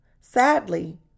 Sadly